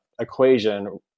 equation